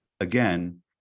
again